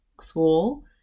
school